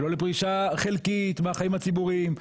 לא לפרישה חלקית מהחיים הציבוריים,